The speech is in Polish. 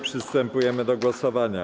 Przystępujemy do głosowania.